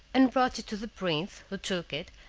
and brought it to the prince, who took it,